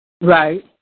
Right